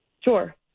Sure